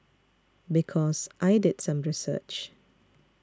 because I did some research